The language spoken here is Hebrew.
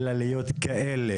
אלא להיות כאלה,